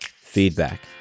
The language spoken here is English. feedback